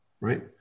right